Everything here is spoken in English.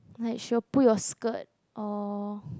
like she will pull your skirt or